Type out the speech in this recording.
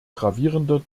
gravierender